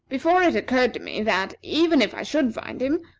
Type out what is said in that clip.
before it occurred to me that, even if i should find him,